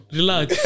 Relax